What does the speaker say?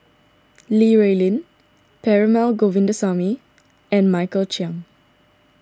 Li Rulin Perumal Govindaswamy and Michael Chiang